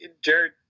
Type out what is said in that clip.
Jared